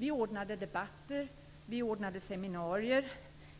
Vi ordnade debatter och seminarier